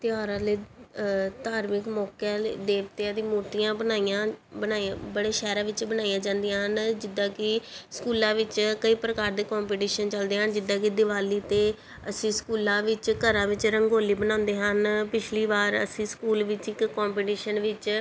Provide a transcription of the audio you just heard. ਤਿਉਹਾਰਾਂ ਲਈ ਧਾਰਮਿਕ ਮੌਕਿਆਂ ਦੇਵਤਿਆਂ ਦੀ ਮੂਰਤੀਆਂ ਬਣਾਈਆਂ ਬਣਾਈਆਂ ਬੜੇ ਸ਼ਹਿਰਾਂ ਵਿੱਚ ਬਣਾਈਆਂ ਜਾਂਦੀਆਂ ਹਨ ਜਿੱਦਾਂ ਕਿ ਸਕੂਲਾਂ ਵਿੱਚ ਕਈ ਪ੍ਰਕਾਰ ਦੇ ਕੋਂਪੀਟੀਸ਼ਨ ਚੱਲਦੇ ਹਨ ਜਿੱਦਾਂ ਕਿ ਦਿਵਾਲੀ 'ਤੇ ਅਸੀਂ ਸਕੂਲਾਂ ਵਿੱਚ ਘਰਾਂ ਵਿੱਚ ਰੰਗੋਲੀ ਬਣਾਉਂਦੇ ਹਨ ਪਿਛਲੀ ਵਾਰ ਅਸੀਂ ਸਕੂਲ ਵਿੱਚ ਇੱਕ ਕੋਂਪੀਟੀਸ਼ਨ ਵਿੱਚ